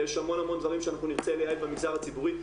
כי יש המון דברים שאנחנו נרצה לייעל במגזר הציבורי.